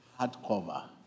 Hardcover